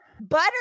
butter